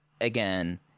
again